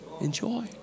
Enjoy